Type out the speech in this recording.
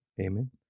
Amen